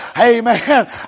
Amen